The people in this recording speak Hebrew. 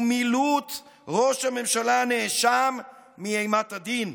מילוט ראש הממשלה הנאשם מאימת הדין.